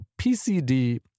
PCD